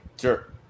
Sure